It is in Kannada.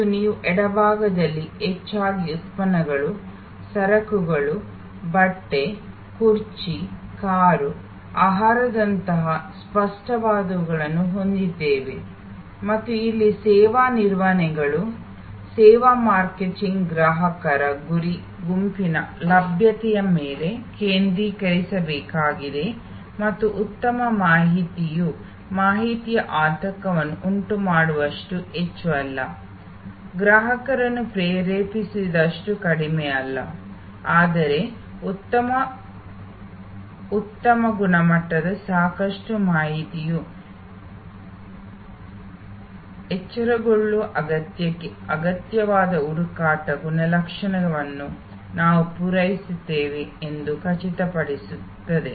ಮತ್ತು ನೀವು ಎಡಭಾಗದಲ್ಲಿ ಹೆಚ್ಚಾಗಿ ಉತ್ಪನ್ನಗಳು ಸರಕುಗಳು ಬಟ್ಟೆ ಕುರ್ಚಿ ಕಾರು ಆಹಾರದಂತಹ ಸ್ಪಷ್ಟವಾದವುಗಳನ್ನು ಹೊಂದಿದ್ದೇವೆ ಮತ್ತು ಇಲ್ಲಿ ಸೇವಾ ನಿರ್ವಹಣೆಗಳು ಸೇವಾ ಮಾರ್ಕೆಟಿಂಗ್ ಗ್ರಾಹಕರ ಗುರಿ ಗುಂಪಿನ ಲಭ್ಯತೆಯ ಮೇಲೆ ಕೇಂದ್ರೀಕರಿಸಬೇಕಾಗಿದೆ ಮತ್ತು ಉತ್ತಮ ಮಾಹಿತಿಯು ಮಾಹಿತಿಯ ಆತಂಕವನ್ನು ಉಂಟುಮಾಡುವಷ್ಟು ಹೆಚ್ಚು ಅಲ್ಲ ಗ್ರಾಹಕರನ್ನು ಪ್ರೇರೇಪಿಸದಷ್ಟು ಕಡಿಮೆ ಅಲ್ಲ ಆದರೆ ಉತ್ತಮ ಉತ್ತಮ ಗುಣಮಟ್ಟದ ಸಾಕಷ್ಟು ಮಾಹಿತಿಯು ಎಚ್ಚರಗೊಳ್ಳುವ ಅಗತ್ಯಕ್ಕೆ ಅಗತ್ಯವಾದ ಹುಡುಕಾಟ ಗುಣಲಕ್ಷಣವನ್ನು ನಾವು ಪೂರೈಸುತ್ತೇವೆ ಎಂದು ಖಚಿತಪಡಿಸುತ್ತದೆ